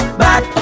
back